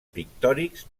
pictòrics